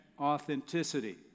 authenticity